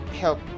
help